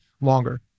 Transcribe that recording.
longer